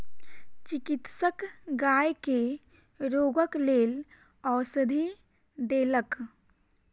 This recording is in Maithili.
चिकित्सक गाय के रोगक लेल औषधि देलक